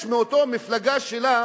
יש באותה מפלגה שלה